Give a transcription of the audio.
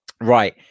Right